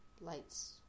lights